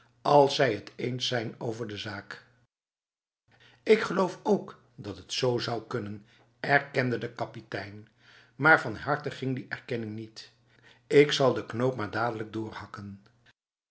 als zij het eens zijn over de zaak ik geloof ook dat het z zou kunnen erkende de kapitein maar van harte ging die erkenning niet ik zal de knoop maar dadelijk doorhakken